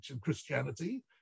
Christianity